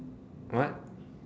what